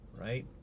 right